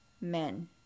men